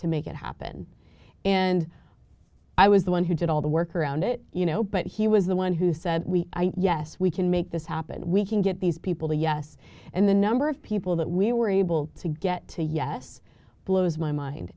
to make it happen and i was the one who did all the work around it you know but he was the one who said we yes we can make this happen we can get these people to yes and the number of people that we were able to get to yes blows my mind